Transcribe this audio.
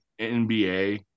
NBA